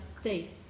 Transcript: state